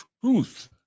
truth